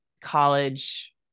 college